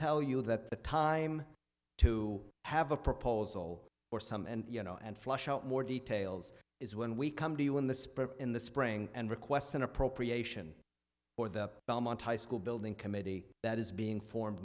tell you that the time to have a proposal for some and you know and flush out more details is when we come to you in the spring in the spring and request an appropriation for the belmont high school building committee that is being formed